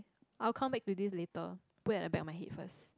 I'll come back to this later put at the back of my head first